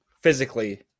physically